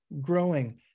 growing